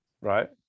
Right